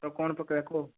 ଖତ କ'ଣ ପକେଇବା କୁହ